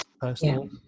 personal